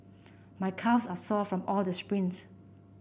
my calves are sore from all the sprints